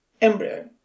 embryo